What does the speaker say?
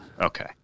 Okay